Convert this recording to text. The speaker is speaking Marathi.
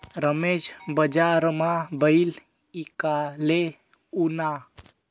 रमेश बजारमा बैल ईकाले ऊना